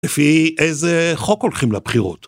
לפי איזה חוק הולכים לבחירות?